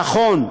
נכון,